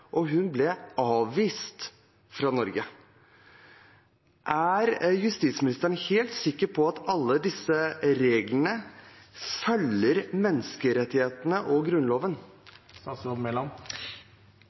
og hun ble avvist fra Norge. Er justisministeren helt sikker på at alle disse reglene følger menneskerettighetene og Grunnloven?